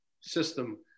system